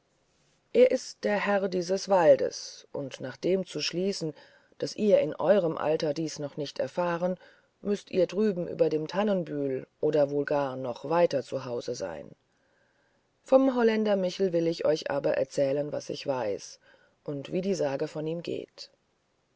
er ist der herr dieses waldes und nach dem zu schließen daß ihr in eurem alter dies noch nicht erfahren müßt ihr drüben über dem tannenbühl oder wohl gar noch weiter zu hause sein vom holländer michel will ich euch aber erzählen was ich weiß und wie die sage von ihm geht